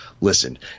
Listen